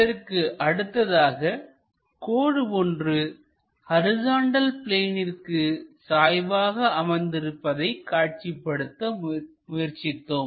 இதற்கு அடுத்ததாக கோடு ஒன்று ஹரிசாண்டல் பிளேனிற்கு சாய்வாக அமைந்திருப்பதை காட்சிப்படுத்த முயற்சித்தோம்